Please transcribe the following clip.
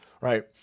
right